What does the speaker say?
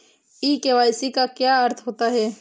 ई KYC का क्या अर्थ होता है?